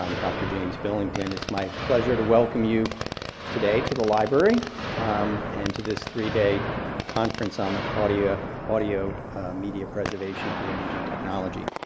um dr. james billington. it's my pleasure to welcome you today to the library and to this three day conference on audio audio media preservation through imaging technology.